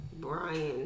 Brian